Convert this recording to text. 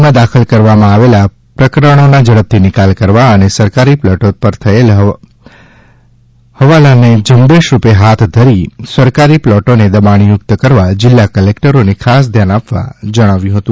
માં દાખલ કરવામાં આવેલા પ્રકરણોના ઝડપથી નિકાલ કરવા અને સરકારી પ્લોટો પર થયેલ દબાણને ઝુંબેશ રૂપે હાથ ધરી સરકારી પ્લોટોને દબાણ યુક્ત કરવા જિલ્લા કલેક્ટરોને ખાસ ધ્યાન આપવા જણાવ્યું હતું